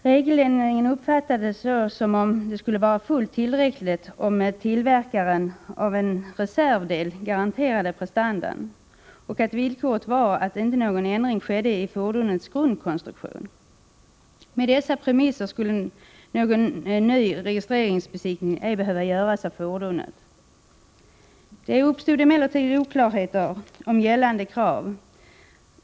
Regeländringen uppfattades så som om det skulle vara fullt tillräckligt om tillverkaren av en reservdel garanterade prestanda och att villkoret var att inte någon ändring skedde i fordonets grundkonstruktion. Med dessa premisser skulle någon ny registreringsbesiktning ej behöva göras av fordonet. Det uppstod emellertid oklarheter om gällande krav.